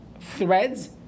threads